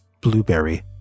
Blueberry